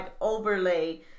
overlay